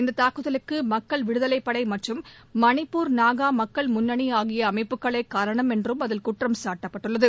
இந்ததாக்குதலுக்குமக்கள் விடுதலைப்படைமற்றும் மணிப்பூர் நாகாமக்கள் முன்னணிஆகியஅமைப்புகளேகாரணம் என்றும் அதில் குற்றம்சாட்டப்பட்டுள்ளது